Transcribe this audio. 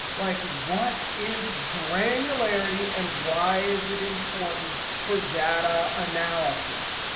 like what is granularity and why is it important for data analysis?